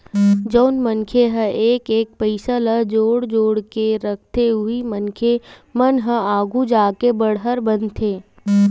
जउन मनखे ह एक एक पइसा ल जोड़ जोड़ के रखथे उही मनखे मन ह आघु जाके बड़हर बनथे